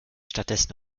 stattdessen